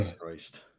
Christ